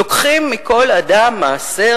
לוקחים מכל אדם מעשר,